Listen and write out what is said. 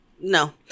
No